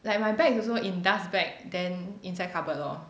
like my bag also in dust bag then inside cupboard lor